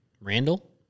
Randall